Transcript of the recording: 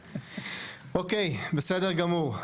אוקיי, בסדר גמור.